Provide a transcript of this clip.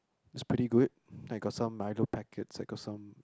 it's pretty good I got some milo packets I got some